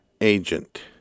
agent